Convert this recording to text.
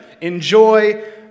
Enjoy